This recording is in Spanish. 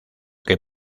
que